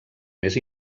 més